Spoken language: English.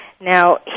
Now